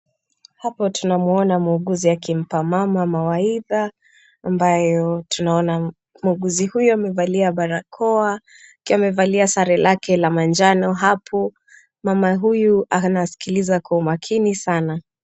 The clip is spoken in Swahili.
Hapo tunamuona muuguzi akimpa mama mawaidha ambayo tunaona muuguzi huyo amevalia barakoa akiwa amevalia sare lake la manjano hapo. Mama huyu anasikiliza kwa umakini sana.